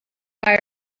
fire